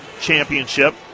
championship